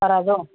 வராதோ